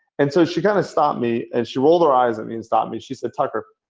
and so she kind of stopped me and she rolled her eyes at me and stopped me. she said, tucker,